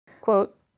Quote